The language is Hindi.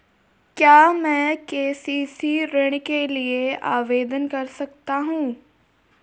क्या मैं के.सी.सी ऋण के लिए आवेदन कर सकता हूँ?